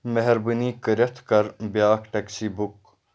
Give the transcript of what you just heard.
مہربٲنی کٔرِتھ کر بیاکھ ٹیکسی بُک